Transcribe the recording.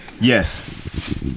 Yes